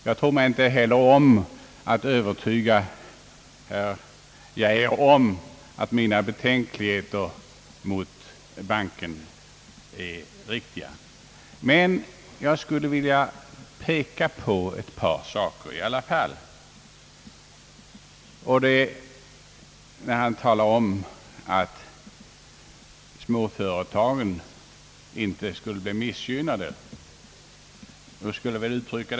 Jag tror mig inte heller om att kunna övertyga herr Arne Geijer om att min betänkligheter mot banken är välgrundade. Jag skulle dock i anslutning till hans anförande vilja peka på en sak, nämligen när han talar om att småföretagen inte skall bli missgynnade som låntagare genom bankens tillkomst.